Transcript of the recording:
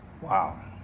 Wow